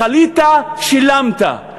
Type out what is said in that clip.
חלית, שילמת.